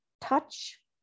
touch